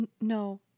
No